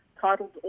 titled